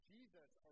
Jesus